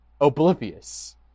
Oblivious